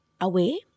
away